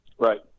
Right